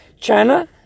China